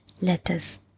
letters